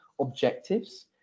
objectives